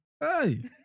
Hey